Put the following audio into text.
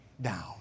down